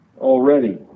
already